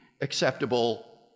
acceptable